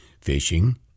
fishing